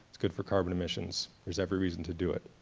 it's good for carbon emissions there's every reason to do it.